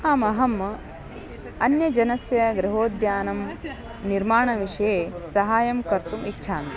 आम् अहम् अन्यजनस्य गृहोद्यानं निर्माणविषये सहायं कर्तुम् इच्छामि